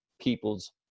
people's